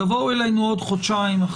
תבואו אלינו עוד חודשיים,